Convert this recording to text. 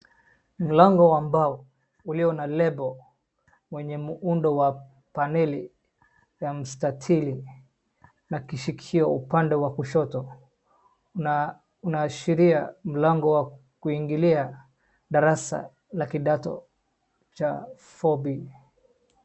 Mlango wa mbao ulio na label wenye muundo wa paneli ya mstatili na kishikio uapnde wa kushoto na inaashiria uapnde wa kuingilia darasa la kidato cha four b .